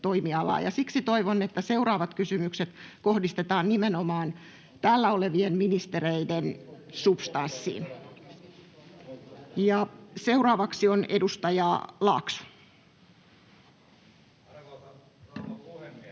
siksi toivon, että seuraavat kysymykset kohdistetaan nimenomaan täällä olevien ministereiden substanssiin. — Seuraavaksi on edustaja Laakso.